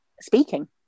speaking